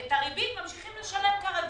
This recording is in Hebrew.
את הריבית ממשיכים לשלם כרגיל,